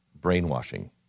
brainwashing